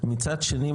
מצד שני,